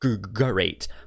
great